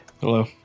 Hello